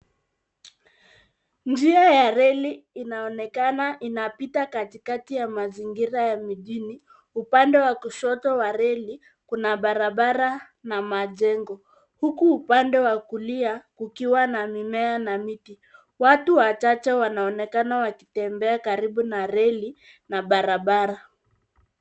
Njia ya reli inaonekana inapita katikati ya mazingira ya jijini. Upande wa kushoto wa reli kuna barabara na majengo. Huku upande wa kulia kukiwa na mimea na miti .Watu wachache wanaonekana wakitembea karibu na reli na barabara.